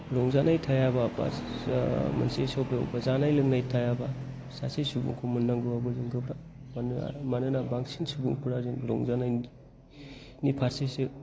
रंजानाय थायाबा बा मोनसे सभायाव बा जानाय लोंनाय थायाबा सासे सुबुंखौ मोन्नांगौआबो गोब्राब मानो मानोना बांसिन सुबुङा रंजानायनि फारसेसो